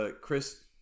Chris